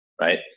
Right